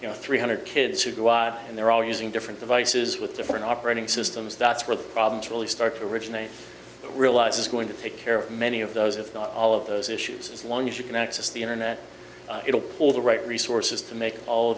you know three hundred kids to go and they're all using different devices with different operating systems that's where the problems really start to originate realize it's going to take care of many of those if not all of those issues as long as you can access the internet it'll all the right resources to make all